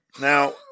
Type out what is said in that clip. Now